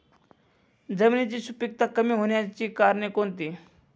जमिनीची सुपिकता कमी होण्याची कारणे कोणती?